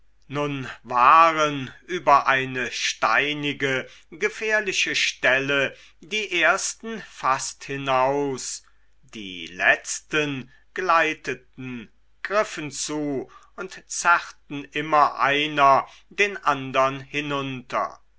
nun waren über eine steinige gefährliche stelle die ersten fast hinaus die letzten gleiteten griffen zu und zerrten immer einer den andern hinunter